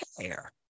care